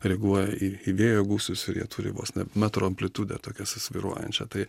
reaguoja į į vėjo gūsius ir jie turi vos ne metro amplitudę tokią susvyruojančią tai